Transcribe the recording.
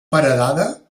paredada